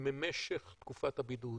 ממשך תקופת הבידוד.